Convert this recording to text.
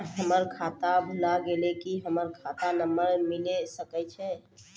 हमर खाता भुला गेलै, की हमर खाता नंबर मिले सकय छै?